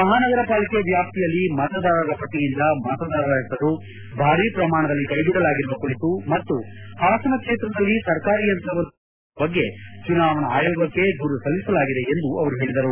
ಮಹಾನಗರ ಪಾಲಿಕೆ ವ್ಯಾಪ್ತಿಯಲ್ಲಿ ಮತದಾರರ ಪಟ್ಟಿಯಿಂದ ಮತದಾರರ ಹೆಸರು ಭಾರಿ ಪ್ರಮಾಣದಲ್ಲಿ ಕೈಬಿಡಲಾಗಿರುವ ಕುರಿತು ಮತ್ತು ಪಾಸನ ಕ್ಷೇತ್ರದಲ್ಲಿ ಸರ್ಕಾರಿ ಯಂತ್ರವನ್ನು ದುರುಪಯೋಗ ಮಾಡಿಕೊಂಡಿರುವ ಬಗ್ಗೆ ಚುನಾವಣಾ ಆಯೋಗಕ್ಕೆ ದೂರು ಸಲ್ಲಿಸಲಾಗಿದೆ ಎಂದು ಅವರು ಹೇಳಿದರು